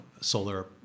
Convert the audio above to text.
solar